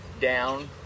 down